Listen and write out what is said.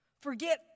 Forget